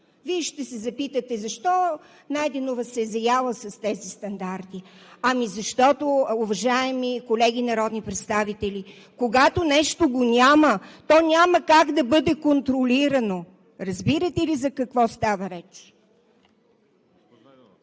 Вие ще се запитате: защо Найденова се е заяла с тези стандарти? Ами, защото, уважаеми колеги народни представители, когато нещо го няма, то няма как да бъде контролирано! Разбирате ли за какво става реч?